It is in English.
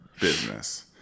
business